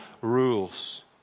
rules